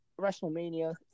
WrestleMania